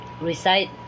recite